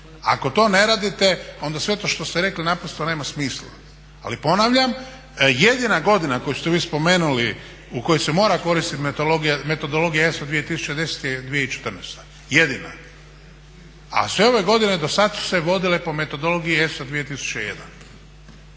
Ako to ne radite onda sve to što ste rekli naprosto nema smisla. Ali ponavljam jedina godina koju ste vi spomenuli u kojoj se mora koristiti metodologija ESA 2010. je 2014. jedina. A sve ove godine dosad su se vodile po metodologiji ESA 2001.